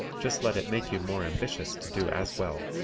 just let it make you more ambitious to do as well.